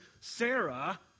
Sarah